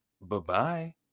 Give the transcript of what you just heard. Bye-bye